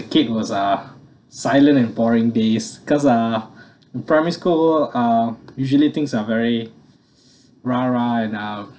kid was uh silent and boring days because uh the primary school uh usually things are very rah rah and uh